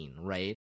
right